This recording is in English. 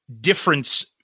difference